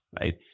right